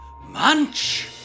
munch